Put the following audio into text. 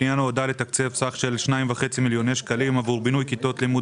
הפנייה נועדה לתקצב סך של 2,5 מיליוני שקלים עבור בינוי כיתות לימוד